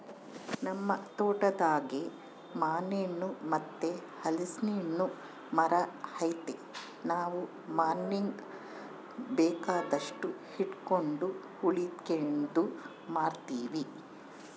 ನಮ್ ತೋಟದಾಗೇ ಮಾನೆಣ್ಣು ಮತ್ತೆ ಹಲಿಸ್ನೆಣ್ಣುನ್ ಮರ ಐತೆ ನಾವು ಮನೀಗ್ ಬೇಕಾದಷ್ಟು ಇಟಗಂಡು ಉಳಿಕೇದ್ದು ಮಾರ್ತೀವಿ